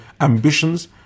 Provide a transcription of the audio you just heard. ambitions